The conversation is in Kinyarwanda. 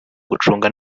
gucunga